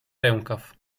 rękaw